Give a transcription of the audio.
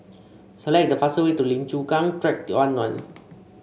select the fastest way to Lim Chu Kang Track one one